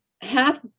half